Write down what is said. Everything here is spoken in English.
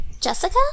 Jessica